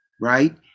right